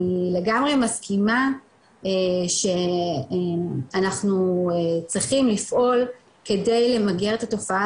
אני לגמרי מסכימה שאנחנו צריכים לפעול כדי למגר את התופעה